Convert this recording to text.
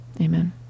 Amen